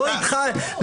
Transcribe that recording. המידע לא מספיק טוב.